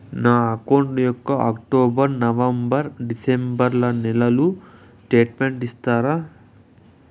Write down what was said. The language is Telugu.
నా అకౌంట్ యొక్క అక్టోబర్, నవంబర్, డిసెంబరు నెలల స్టేట్మెంట్ ఇస్తారా?